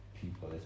people